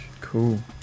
Cool